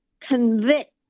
convict